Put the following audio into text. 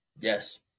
Yes